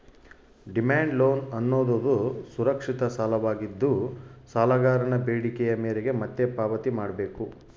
demand loan ಅನ್ನೋದುದು ಸುರಕ್ಷಿತ ಸಾಲವಾಗಿದ್ದು, ಸಾಲಗಾರನ ಬೇಡಿಕೆಯ ಮೇರೆಗೆ ಮತ್ತೆ ಪಾವತಿ ಮಾಡ್ಬೇಕು